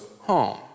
home